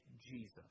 Jesus